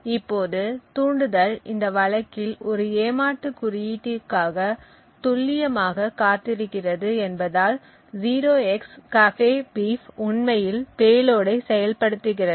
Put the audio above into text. இப்போது தூண்டுதல் இந்த வழக்கில் ஒரு ஏமாற்று குறியீட்டிற்காக துல்லியமாக காத்திருக்கிறது என்பதால் 0xcCAFEBEEF உண்மையில் பேலோடை செயல்படுத்துகிறது